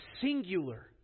singular